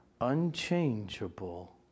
unchangeable